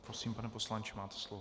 Prosím, pane poslanče, máte slovo.